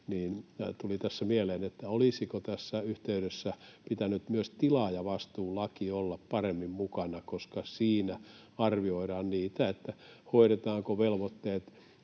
ja tuli tässä mieleen, olisiko tässä yhteydessä pitänyt myös tilaajavastuulain olla paremmin mukana, koska siinä arvioidaan sitä, hoidetaanko velvoitteet